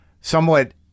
somewhat